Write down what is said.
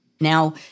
Now